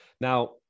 Now